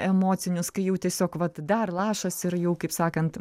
emocinius kai jau tiesiog vat dar lašas ir jau kaip sakant